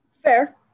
fair